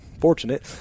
fortunate